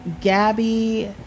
gabby